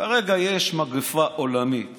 כרגע יש מגפה עולמית